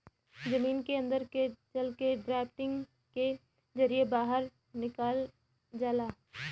जमीन के अन्दर के जल के ड्राफ्टिंग के जरिये बाहर निकाल जाला